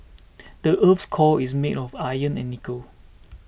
the earth's core is made of iron and nickel